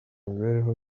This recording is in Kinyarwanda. mibereho